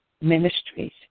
Ministries